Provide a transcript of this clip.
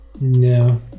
No